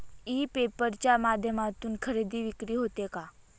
E paper च्या माध्यमातून खरेदी विक्री होते का?